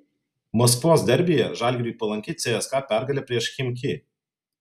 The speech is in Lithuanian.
maskvos derbyje žalgiriui palanki cska pergalė prieš chimki